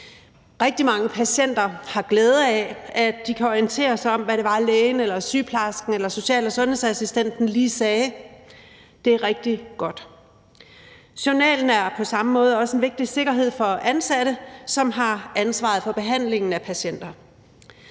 Rigtig mange patienter har glæde af, at de kan orientere sig om, hvad det var, lægen eller sygeplejersken eller social- og sundhedsassistenten lige sagde, og det er rigtig godt. Journalen er på samme måde også en vigtig sikkerhed for de ansatte, som har ansvaret for behandlingen af patienter.